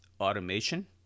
automation